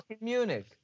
Munich